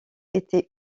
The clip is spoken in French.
était